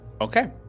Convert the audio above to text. okay